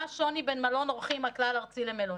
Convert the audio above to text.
מה השוני בין מלון אורחים הכלל-ארצי למלונית?